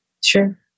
Sure